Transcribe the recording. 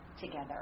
together